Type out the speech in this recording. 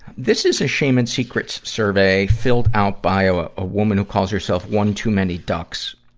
this is a shame and secret survey filled out by ah a, a woman who calls herself one too many ducks.